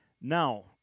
Now